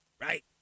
Right